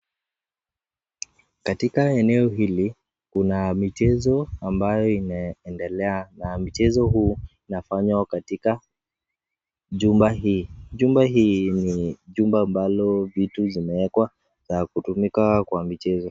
Katika eneo hili kuna michezo ambayo inaendelea na mchezo huu unafanya katika jumba hili .Jumba hili ambalo vitu vimewekwa na kutumika kwa michezo.